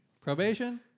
Probation